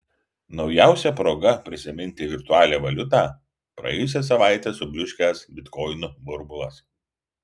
naujausia proga prisiminti virtualią valiutą praėjusią savaitę subliūškęs bitkoinų burbulas